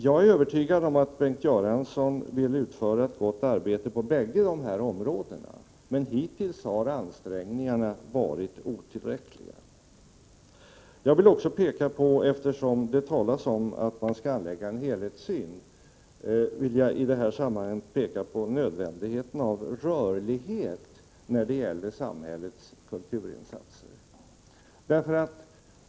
Jag är övertygad om att Bengt Göransson vill utföra ett gott arbete på bägge de här områdena, men hittills har ansträngningarna varit otillräckliga. Jag vill också, eftersom det talas om att man skall anlägga en helhetssyn, i det här sammanhanget peka på nödvändigheten av rörlighet när det gäller samhällets kulturinsatser.